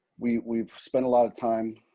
we've we've spent a lot of time